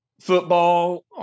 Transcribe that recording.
football